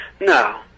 No